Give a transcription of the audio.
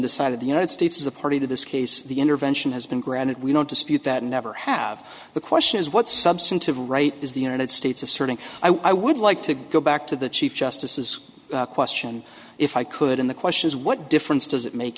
decided the united states is a party to this case the intervention has been granted we don't dispute that and never have the question is what substantive right is the united states asserting i would like to go back to the chief justices question if i could and the question is what difference does it make